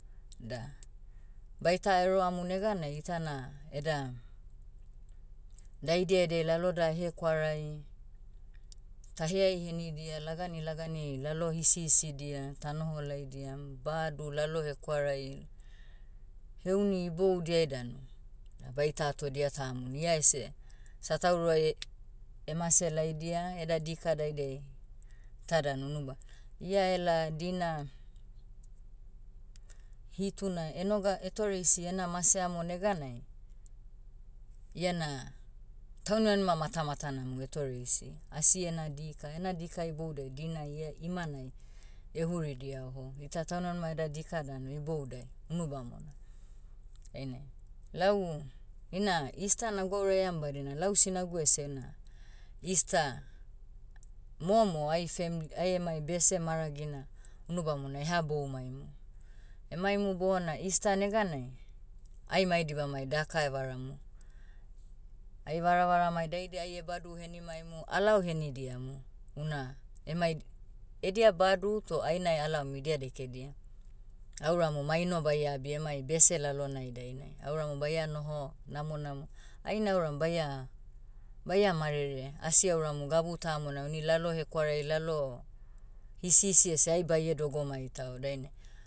Da, baita eroamu neganai itana, eda, daidia ediai laloda ehekwarai, taheai henidia lagani lagani lalo hisihisidia tanoho laidiam badu lalo hekwarai, heuni iboudiai danu, da baita atodia tamona ia ese, satauroai, emase laidia, eda dika daidiai, ta danu unuba. Ia ela dina, hitu na enoga etoreisi ena mase amo neganai, iena, taunimanima matamatana mo etoreisi. Asiena dika, ena dika iboudiai dina ia imanai, ehuridia oho. Ita taunimanima eda dika danu iboudai, unu bamona. Dainai, lau, ina easter na gwauraiam badina lau sinagu ese na, easter, momo ai fem- ai emai bese maragina, unu bamona eha boumaimu. Emaimu bona easter neganai, ai mai dibamai daka evaramu. Ai varavaramai daidia ai ebadu henimaimu alao henidiamu. Una, emai, edia badu toh ainai alaom idia dekedia. Auramu maino baia abi emai bese lalonai dainai. Auramu baia noho, namonamo. Ainauram baia- baia marere, asi auramu gabu tamona. Uni lalo hekwarai lalo, hisisi ese ai baie dogomai tao dainai.